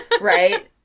right